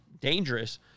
dangerous